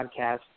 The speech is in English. podcast